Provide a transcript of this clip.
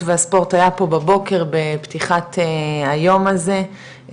והספורט היה פה בבוקר בפתיחת היום הזה,